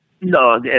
No